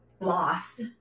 lost